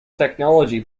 technology